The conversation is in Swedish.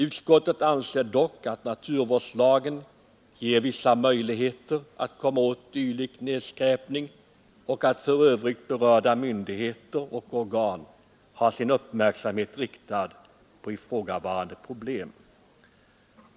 Utskottet anser dock att naturvårdslagen ger vissa möjligheter att komma åt dylik nedskräpning och att för övrigt berörda myndigheter och organ har sin uppmärksamhet riktad på ifrågavarande problem.